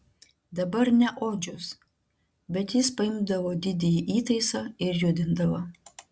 dabar ne odžius bet jis paimdavo didįjį įtaisą ir judindavo